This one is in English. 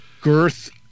girth